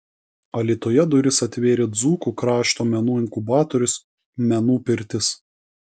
alytuje duris atvėrė dzūkų krašto menų inkubatorius menų pirtis